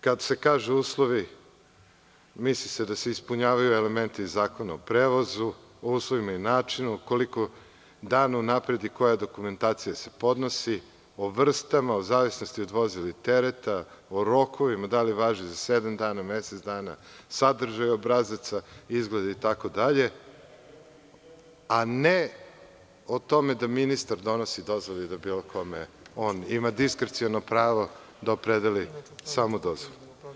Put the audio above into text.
Kad se kaže uslovi misli se da se ispunjavaju elementi Zakona o prevozu, o uslovima i načinu, koliko dana unapred i koja dokumentacija se podnosi, o vrstama, u zavisnosti od vozila i tereta, o rokovima, da li važi za sedam dana, mesec dana, sadržaj obrazaca, izgled itd., a ne o tome da ministar donosi dozvole i da bilo kome on ima diskreciono pravo da opredeli samo dozvolu.